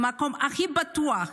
במקום הכי בטוח,